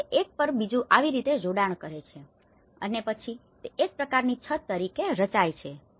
તેથી તે એક પર બીજુ એવી રીતે જોડાણ કરે છે અને પછી તે એક પ્રકારની છત તરીકે રચાય છે